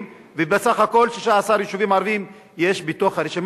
ובסך הכול 16 יישובים ערביים יש ברשימה?